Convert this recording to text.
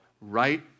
right